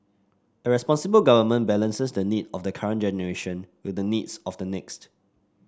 a responsible government balances the need of the current generation with the needs of the next